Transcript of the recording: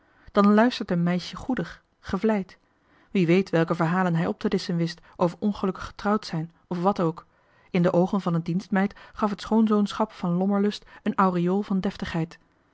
dan luistert een meisje goedig gevleid wie weet welke verhalen hij op te disschen wist over ongelukkig getrouwd zijn of wat ook in de oogen van een dienstmeid gaf het schoonzoonschap van lommerlust een aureool van